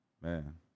Man